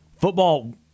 Football